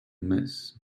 miss